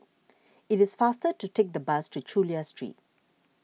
it is faster to take the bus to Chulia Street